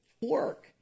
work